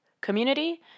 community